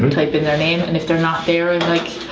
um type in their name and if they're not there i'm like,